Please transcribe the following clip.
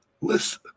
listen